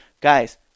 guys